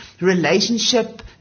relationship